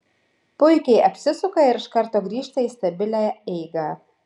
puikiai apsisuka ir iš karto grįžta į stabilią eigą